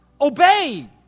Obey